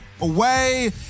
away